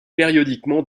périodiquement